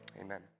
Amen